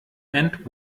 and